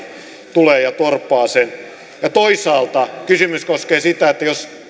tulee ja torppaa sen toisaalta kysymys koskee sitä että jos